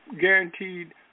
guaranteed